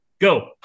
Go